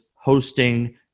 hosting